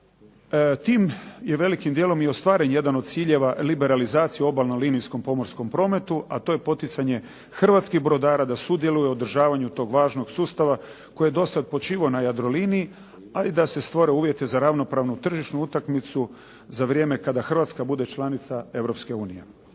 Tim je velikim djelom i ostvaren jedan od ciljeva liberalizacije u obalnom linijskom pomorskom prometu a to je poticanje hrvatskih brodara da sudjeluju u održavanju tog važnog sustava koji je do sada počivao na Jadroliniji a i da se stvore uvjeti za ravnopravnu tržišnu utakmicu za vrijeme kada Hrvatska bude članica